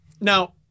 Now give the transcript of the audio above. Now